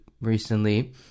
recently